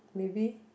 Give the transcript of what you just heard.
maybe